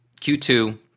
Q2